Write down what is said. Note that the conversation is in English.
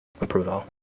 Approval